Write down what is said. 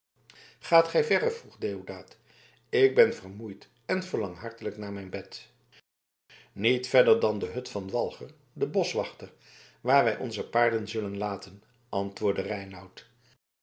gaat gij verre vroeg deodaat ik ben vermoeid en verlang hartelijk naar mijn bed niet verder dan de hut van walger den boschwachter waar wij onze paarden zullen laten antwoordde reinout